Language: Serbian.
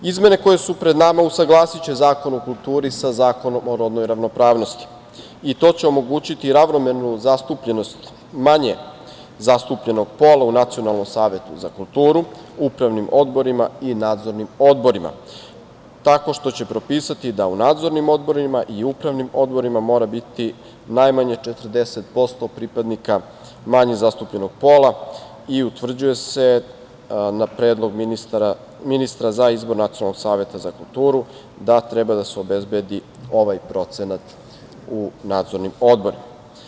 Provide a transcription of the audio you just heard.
Izmene koje su pred nama usaglasiće Zakon o kulturi sa Zakonom o rodnoj ravnopravnosti i to će omogućiti ravnomernu zastupljenost manje zastupljenog pola u Nacionalnom savetu za kulturu, upravnim odborima i nadzornim odborima, tako što će propisati da u nadzornim odborima i u upravnim odborima mora biti najmanje 40% pripadnika manje zastupljenog pola i utvrđuje se na predlog ministra za izbor Nacionalnog saveta za kulturu da treba da se obezbedi ovaj procenat u nadzornim odborima.